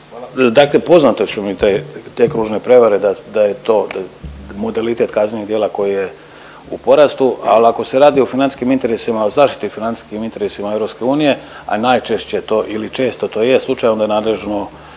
Dakle, poznate su mi te, te kružne provjere da je to modalitet kaznenog djela koje je u porastu, ali ako se radi o financijskim interesima o zaštiti financijskih interesima EU, a najčešće to ili često to je slučaj onda je nadležno